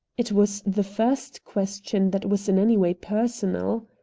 it was the first question that was in any way personal.